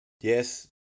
yes